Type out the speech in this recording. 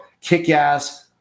kick-ass